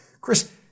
Chris